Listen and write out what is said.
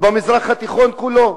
כלשהן במזרח התיכון כולו.